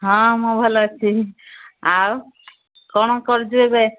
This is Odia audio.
ହଁ ମୁଁ ଭଲ ଅଛି ଆଉ କ'ଣ କରୁଛୁ ଏବେ